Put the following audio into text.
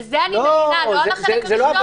על זה אני מלינה, ולא על החלק הראשון.